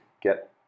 get